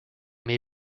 may